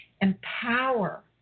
empower